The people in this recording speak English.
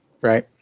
Right